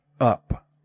up